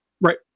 Right